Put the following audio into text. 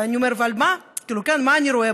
ומה, מה אני רואה?